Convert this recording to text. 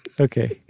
Okay